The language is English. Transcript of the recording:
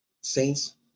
Saints